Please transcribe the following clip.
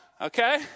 okay